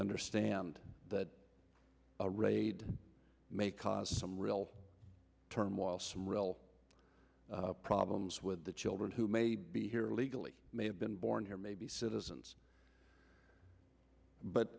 understand that a raid may cause some real turmoil some real problems with the children who may be here illegally may have been born here may be citizens but